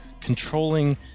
controlling